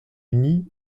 uni